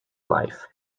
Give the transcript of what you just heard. life